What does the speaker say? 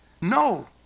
No